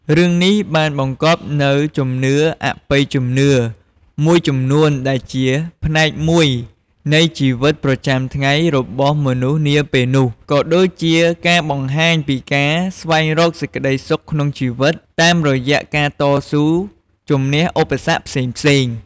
រឿងនេះបានបង្កប់នូវ ជំនឿអបិយជំនឿ មួយចំនួនដែលជាផ្នែកមួយនៃជីវិតប្រចាំថ្ងៃរបស់មនុស្សនាពេលនោះ ក៏ដូចជាការបង្ហាញពីការ ស្វែងរកសេចក្តីសុខក្នុងជីវិត តាមរយៈការតស៊ូជំនះឧបសគ្គផ្សេងៗ។